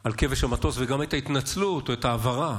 על כבש המטוס וגם את ההתנצלות או את ההבהרה,